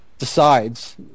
Decides